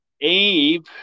Abe